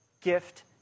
gift